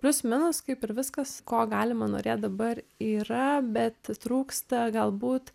plius minus kaip ir viskas ko galima norėt dabar yra bet trūksta galbūt